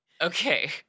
Okay